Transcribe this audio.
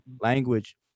language